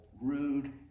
rude